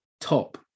top